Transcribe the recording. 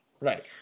Right